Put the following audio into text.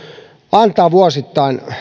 antaa vuosittain